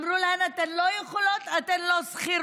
אמרו להן: אתן לא יכולות, אתן לא שכירות.